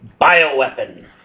Bioweapon